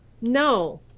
No